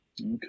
Okay